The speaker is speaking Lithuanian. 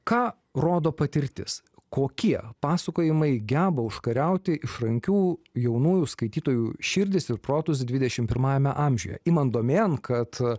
ką rodo patirtis kokie pasakojimai geba užkariauti išrankių jaunųjų skaitytojų širdis ir protus dvidešim pirmajame amžiuje imant domėn kad